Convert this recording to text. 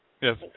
Yes